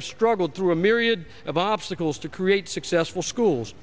have struggled through a myriad of obstacles to create successful schools